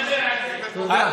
תודה.